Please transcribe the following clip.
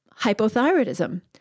hypothyroidism